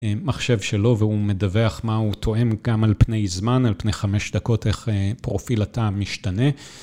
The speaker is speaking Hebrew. מחשב שלו והוא מדווח מה הוא טועם גם על פני זמן, על פני חמש דקות איך פרופיל התא משתנה.